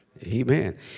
Amen